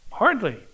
Hardly